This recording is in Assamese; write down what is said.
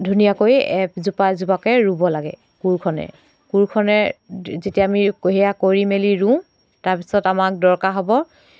ধুনীয়াকৈ এজোপা এজোপাকৈ ৰুব লাগে কোৰখনে কোৰখনে যেতিয়া আমি সেয়া কৰি মেলি ৰুওঁ তাৰপাছত আমাক দৰকাৰ হ'ব